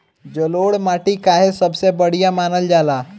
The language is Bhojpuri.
जलोड़ माटी काहे सबसे बढ़िया मानल जाला?